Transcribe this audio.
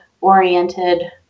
oriented